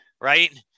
right